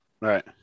Right